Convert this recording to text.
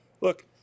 Look